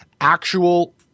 actual